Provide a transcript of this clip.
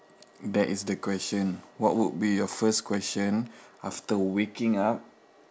that is the question what would be your first question after waking up